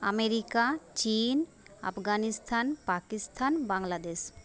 America চিন আফগানিস্তান পাকিস্তান বাংলাদেশ